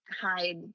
hide